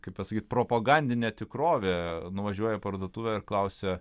kaip pasakyt propagandinė tikrovė nuvažiuoja į parduotuvę ir klausia